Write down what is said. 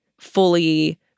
fully